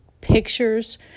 pictures